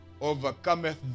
overcometh